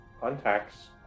contacts